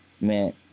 man